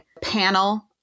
panel